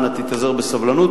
אנא תתאזר בסבלנות.